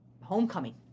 homecoming